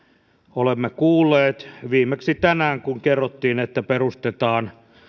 olemme kuulleet viimeksi tänään kun kerrottiin että perustetaan